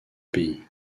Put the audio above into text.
pays